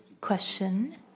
question